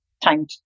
time